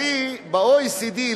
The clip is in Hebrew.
הרי ב-OECD,